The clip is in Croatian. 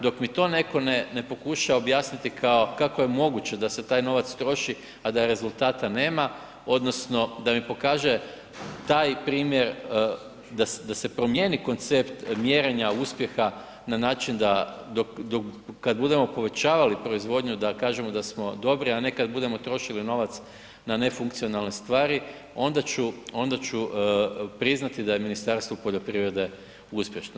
Dok mi to neko ne pokuša objasniti kao kako je moguće da se taj novac troši, a da rezultata nema odnosno da mi pokaže taj primjer da se promijeni koncept mjerenja uspjeha na način kada budemo povećavali proizvodnju da kažemo da smo dobri, a ne kada budemo trošili novac na nefunkcionalne stvari ona ću priznati da je Ministarstvo poljoprivrede uspješno.